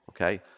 Okay